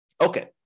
Okay